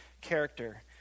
character